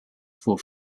for